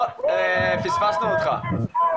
אני פשוט רוצה להסתכל לכם בעיניים ולבקש מכם